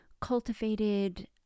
cultivated